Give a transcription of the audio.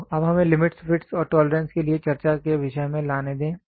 तो अब हमें लिमिटस् फिटस् और टोलरेंस के लिए चर्चा को विषय में लाने दें